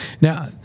now